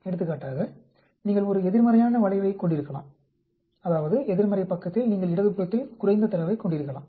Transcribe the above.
எடுத்துக்காட்டாக நீங்கள் ஒரு எதிர்மறையான வளைவைக் கொண்டிருக்கலாம் அதாவது எதிர்மறை பக்கத்தில் நீங்கள் இடது புறத்தில் குறைந்த தரவைக் கொண்டிருக்கலாம்